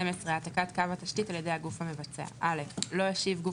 העתקת קו התשתית על ידי הגוף המבצע 12. (א) לא ישיב גוף